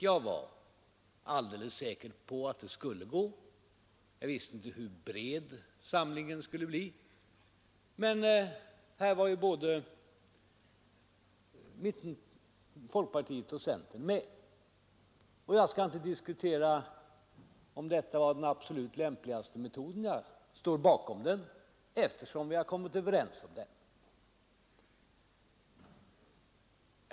Jag var alldeles säker på att det skulle gå — jag visste inte hur bred samlingen skulle bli, men här var ju både folkpartiet och centerpartiet med. Jag skall inte diskutera om finansieringsmetoden blev den absolut lämpligaste — jag står bakom förslaget, eftersom vi har kommit överens om det.